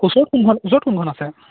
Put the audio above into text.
ওচৰত কোনখন ওচৰত কোনখন আছে